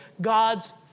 God's